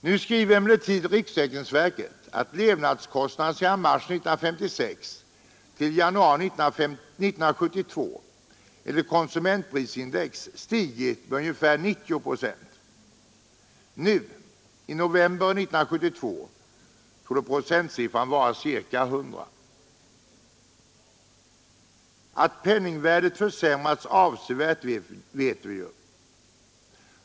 Riksförsäkringsverket skriver emellertid att levnadskostnaderna sedan mars månad 1956 till januari månad 1972 enligt konsumentprisindex har stigit med ungefär 90 procent. Nu, i november 1972, torde procentsiffran vara ca 100. Att penningvärdet har försämrats irt vet vi ju.